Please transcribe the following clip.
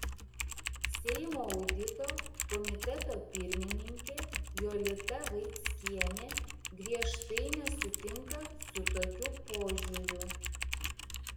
seimo audito komiteto pirmininkė jolita vaickienė griežtai nesutinka su tokiu požiūriu